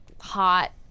hot